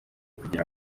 kugira